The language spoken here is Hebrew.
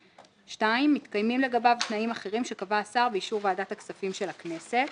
(2) מתקיימים לגביו תנאים אחרים שקבע השר באישור ועדת הכספים של הכנסת.